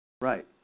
Right